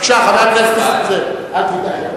בבקשה, חבר הכנסת נסים זאב.